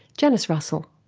janice russell.